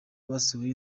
basohoye